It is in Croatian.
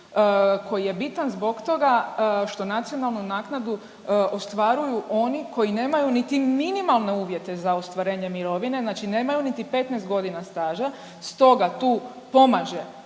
koji je bitan zbog toga što nacionalnu naknadu ostvaruju oni koji nemaju niti minimalne uvjete za ostvarenje mirovine, znači nemaju niti 15 godina staža. Stoga tu pomaže